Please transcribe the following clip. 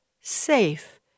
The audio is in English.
safe